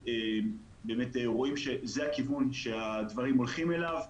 ובאמת רואים שזה הכיוון שהדברים הולכים אליו.